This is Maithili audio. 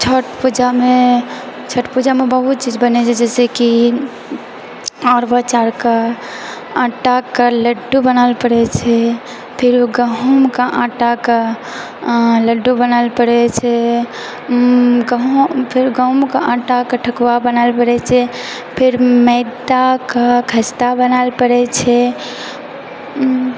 छठ पूजामे छठ पूजामे बहुत चीज बनै छै जैसेकी अरबा चाउरके आटाके लड्डु बनाएल पड़ैत छै फिर ओ गहूँमके आटाके लड्डु बनाएल पड़ैत छै फेर गहूँमके आटाके ठकुआ बनाएल पड़ैत छै फेर मैदाके खस्ता बनाएल पड़ैत छै